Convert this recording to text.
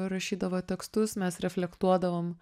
rašydavo tekstus mes reflektuodavom